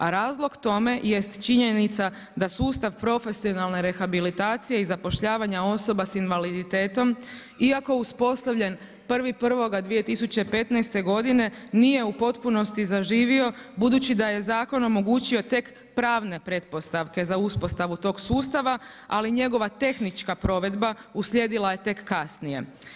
A razlog tome jest činjenica da sustav profesionalne rehabilitacije i zapošljavanje osoba sa invaliditetom iako uspostavljen 1.1.2015. godine nije u potpunosti zaživio budući da je zakon omogućio tek pravne pretpostavke za uspostavu tog sustava ali njegova tehnička provedba uslijedila je tek kasnije.